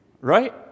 right